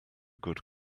good